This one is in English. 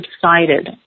subsided